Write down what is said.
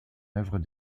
œuvre